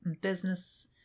business